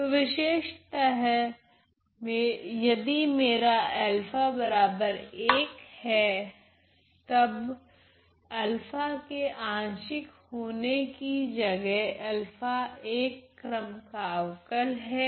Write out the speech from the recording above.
तो विशेषतः यदि मेरा है तब अल्फा के आंशिक होने कि जगह अल्फा 1 क्रम का अवकल हैं